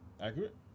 Accurate